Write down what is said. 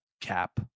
cap